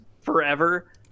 forever